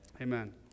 amen